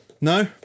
No